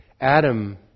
Adam